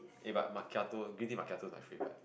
eh but macchiato green tea macchiato is my favourite